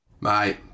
mate